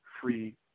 free